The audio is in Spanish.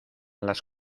las